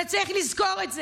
וצריך לזכור את זה.